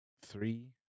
Three